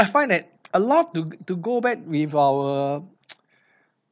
I find that allowed to to go back with our